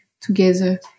together